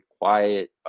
quiet